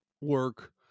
work